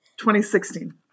2016